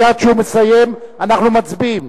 מייד כשהוא מסיים אנחנו מצביעים.